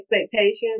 expectations